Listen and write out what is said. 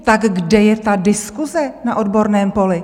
Tak kde je ta diskuse na odborném poli?